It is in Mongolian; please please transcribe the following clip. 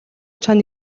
чоно